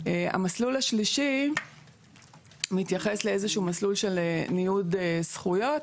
המסלול השלישי מתייחס לאיזה שהוא מסלול של ניוד זכויות.